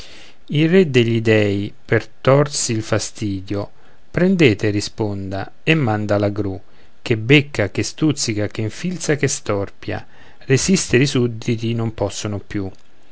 il re degli dèi per trsi il fastidio prendete risponde e manda la gru che becca che stuzzica che infilza che storpia resistere i sudditi non possono più